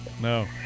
No